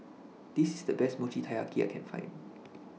This IS The Best Mochi Taiyaki I Can Find